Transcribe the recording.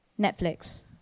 Netflix